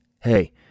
Hey